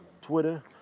Twitter